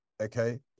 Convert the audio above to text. Okay